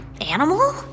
animal